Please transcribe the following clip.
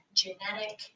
genetic